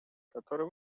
который